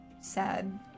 sad